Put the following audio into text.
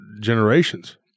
generations